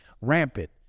rampant